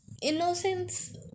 innocence